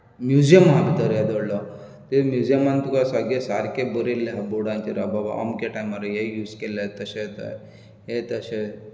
museum आहा भितर येदो व्हडलो म्युजिमांत तुका सगळें सारकें बरयल्लें आहा बोर्डार बाबा अमके टायमार हें यूज केल्लें तशें हें तशें